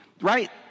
right